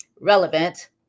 relevant